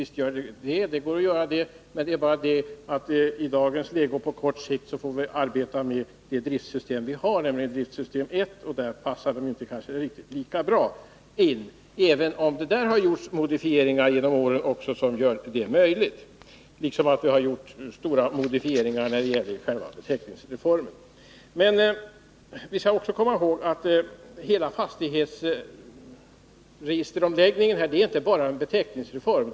Visst kan de det, men i dagens läge och på kort sikt får vi arbeta med det driftsystem som vi har, nämligen driftsystem I. Där passar beteckningarna inte lika bra in, även om man har gjort modifieringar genom åren som skulle kunna göra detta möjligt. Stora modifieringar har gjorts även när det gäller själva beteckningsreformen. Men vi skall komma ihåg att hela fastighetsregisteromläggningen inte bara är en beteckningsreform.